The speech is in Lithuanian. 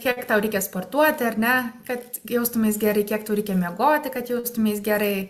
kiek tau reikia sportuoti ar ne kad jaustumeis gerai kiek tau reikia miegoti kad jaustumeis gerai